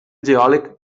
geòleg